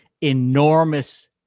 enormous